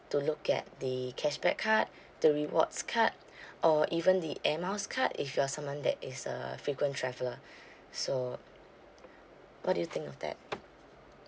to look at the cashback card the rewards card or even the air miles card if you're someone that is a frequent traveller so what do you think of that